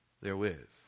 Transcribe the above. therewith